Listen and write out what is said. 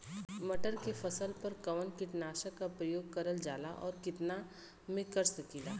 मटर के फसल पर कवन कीटनाशक क प्रयोग करल जाला और कितना में कर सकीला?